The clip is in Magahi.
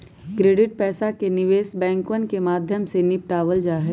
क्रेडिट पैसा के निवेश बैंकवन के माध्यम से निपटावल जाहई